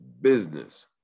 business